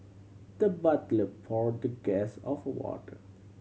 the butler poured the guest of water